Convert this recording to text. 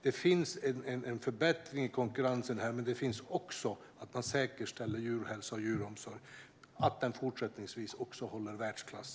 Det finns här en förbättring i konkurrensen. Men det finns också att man säkerställer att djurhälsa och djuromsorg fortsättningsvis håller världsklass.